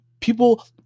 people